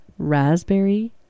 raspberry